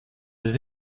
des